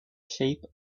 shape